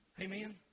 Amen